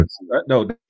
no